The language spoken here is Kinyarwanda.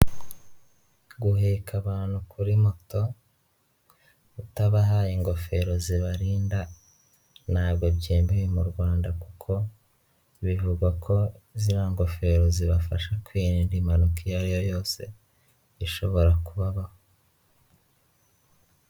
Guheka abantu kuri moto utabahaye ingofero zibarinda ntabwo byemewe mu Rwanda, kuko bivugwa ko ziriya ngofero zibafasha kwirinda impanuka iyo ariyo yose ishobora kubabaho.